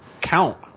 count